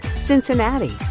Cincinnati